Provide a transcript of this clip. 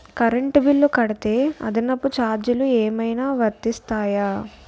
Current bill కడితే అదనపు ఛార్జీలు ఏమైనా వర్తిస్తాయా?